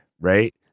Right